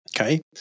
okay